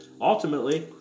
ultimately